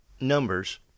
Numbers